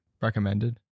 recommended